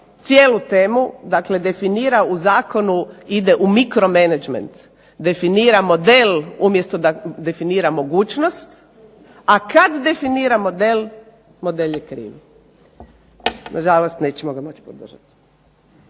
cijelu temu. Dakle, definira u zakonu, ide u mikro menadžment. Definira model umjesto da definira mogućnost, a kad definira model model je kriv. Na žalost nećemo ga moći podržati.